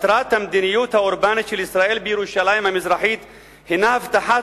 מטרת המדיניות האורבנית של ישראל בירושלים המזרחית היא הבטחת